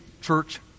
church